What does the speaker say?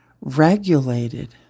regulated